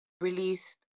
released